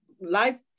life